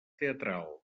teatral